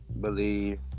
believe